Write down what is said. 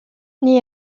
nii